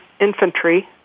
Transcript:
Infantry